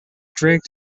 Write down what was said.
dragged